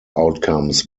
outcomes